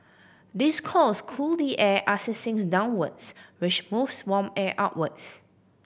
these coils cool the air as it sinks downwards which moves warm air upwards